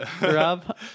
Rob